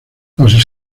los